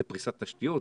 זה פריסת תשתיות,